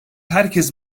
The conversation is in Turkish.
herkes